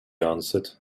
answered